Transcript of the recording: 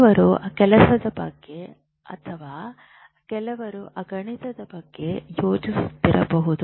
ಕೆಲವರು ಕೆಲಸದ ಬಗ್ಗೆ ಅಥವಾ ಕೆಲವು ಗಣಿತದ ಬಗ್ಗೆ ಯೋಚಿಸುತ್ತಿರಬಹುದು